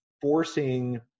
forcing